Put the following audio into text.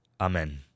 amen